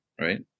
right